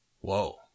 Whoa